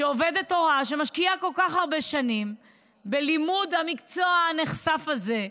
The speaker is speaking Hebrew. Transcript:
שעובדת הוראה שמשקיעה כל כך הרבה שנים בלימוד המקצוע הנכסף הזה,